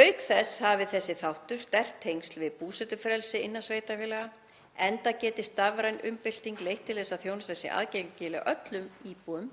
Auk þess hafi þessi þáttur sterk tengsl við búsetufrelsi innan sveitarfélaga enda geti stafræn umbreyting leitt til þess að þjónusta sé aðgengileg öllum íbúum